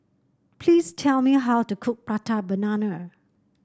please tell me how to cook Prata Banana